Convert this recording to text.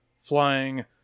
flying